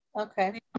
okay